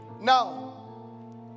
Now